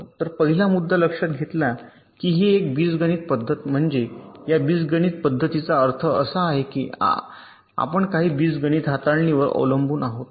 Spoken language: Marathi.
तर पहिला मुद्दा लक्षात घेतला की ही एक आहे बीजगणित पद्धत म्हणजे या बीजगणित पद्धतीचा अर्थ असा आहे की आपण काही बीजगणित हाताळणीवर अवलंबून आहोत